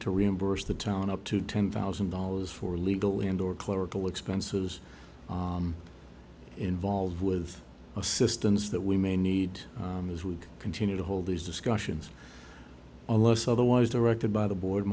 to reimburse the town up to ten thousand dollars for legal and or clerical expenses involved with assistance that we may need as we continue to hold these discussions unless otherwise directed by the board